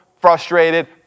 frustrated